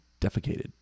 Defecated